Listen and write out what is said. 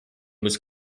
was